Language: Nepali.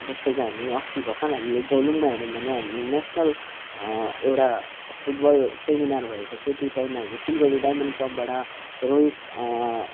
जस्तै कि हामी अस्ति भर्खर हामीले झोलुङमा हेरौँ भने नेसनल एउटा फुटबल सेमिनार भएको थियो त्यो टाइममा हामी सिलगढी डायमन्ड क्लबबाट रोहित